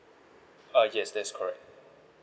uh yes that's correct